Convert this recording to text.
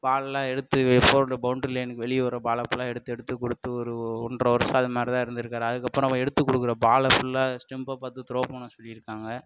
பால்லாம் எடுத்து four boundary லைனுக்கு வெளியே வர பாலை ஃபுல்லாக எடுத்து எடுத்து கொடுத்து ஒரு ஒன்றரை வருஷம் அது மாதிரி தான் இருந்துருக்காரு அதுக்கப்பறம் அவங்க எடுத்து கொடுக்கற பாலை ஃபுல்லாக ஸ்டெம்பை பார்த்து த்ரோ பண்ண சொல்லியிருக்காங்க